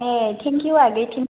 A thank you आगै thank U